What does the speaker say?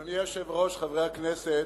אדוני היושב-ראש, חברי הכנסת,